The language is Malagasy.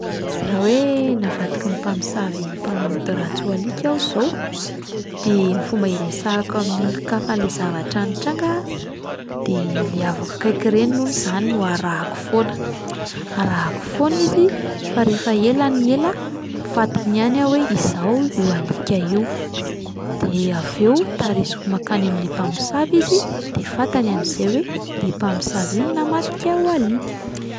Raha hoe navadiky ny mpamosavy mpanao ody ratsy ho alika aho izao, de ny fomba hiresahako amin'ny olon-kafa le zavatra nitranga de le havako akaiky ireny aloha izany no harahako foana, harahako foana izy fa rehefa ela ny ela fantany ihany aho hoe izaho io alika io, de avy eo tarisiko mankany amin'ilay mpamosavy izy de fantany amin'izay hoe le mpamosavy io no namadika ahy ho alika.